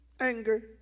anger